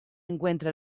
encuentra